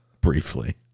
Briefly